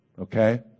okay